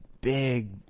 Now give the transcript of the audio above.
big